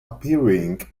appearing